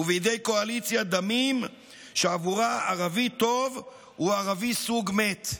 ובידי קואליציית דמים שעבורה ערבי טוב הוא ערבי סוג מת.